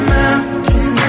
mountain